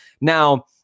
Now